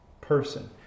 person